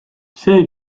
see